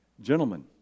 gentlemen